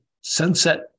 sunset